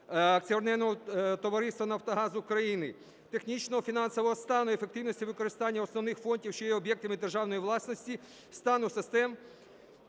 Акціонерного товариства "Нафтогаз України", технічного і фінансового стану, ефективності використання основних фондів, що є об'єктами державної власності, стану систем